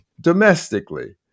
domestically